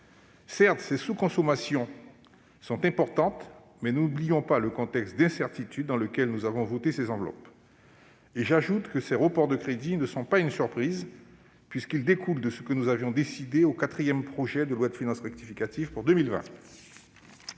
Certes, ces sous-consommations sont importantes, mais n'oublions pas le contexte d'incertitude dans lequel nous avons voté ces enveloppes. J'ajoute que ces reports de crédits ne sont pas une surprise, puisqu'ils découlent de ce que nous avions décidé avec le quatrième projet de loi de finances rectificative pour 2020.